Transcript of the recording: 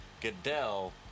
Goodell